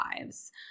lives